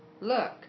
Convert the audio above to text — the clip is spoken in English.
Look